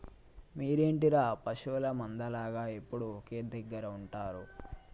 మీరేంటిర పశువుల మంద లాగ ఎప్పుడు ఒకే దెగ్గర ఉంటరు